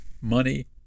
money